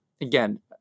again